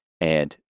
and-